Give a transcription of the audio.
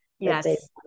Yes